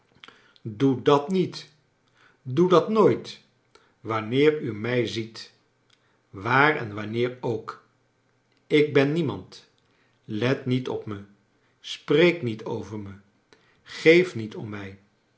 doe dat niet doe dat nooit wanneer u mij ziet waar en wanneer ook ik ben niemand let niet op me spreek niet over me geef niet om mij